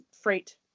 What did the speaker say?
freight